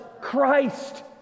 Christ